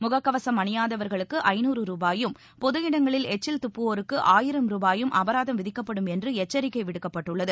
முகக்கவசம் அணியாதவர்களுக்கு ஐநூறு ரூபாயும் பொது இடங்களில் எச்சில் துப்புவோருக்கு ஆயிரம் ரூபாயும் அபராதம் விதிக்கப்படும் என்று எச்சரிக்கை விடுக்கப்பட்டுள்ளது